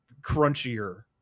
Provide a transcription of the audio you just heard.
crunchier